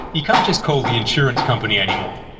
you can't just call the insurance company anymore.